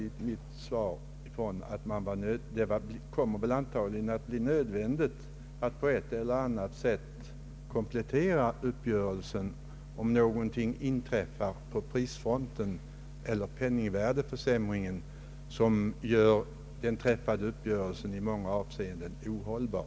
Det kommer väl därför att bli nödvändigt att på ett eller annat sätt komplettera uppgörelsen om någonting inträffar då det gäller priser eller penningvärdeförsämring, som gör den träffade överenskommelsen mer eller mindre ohållbar.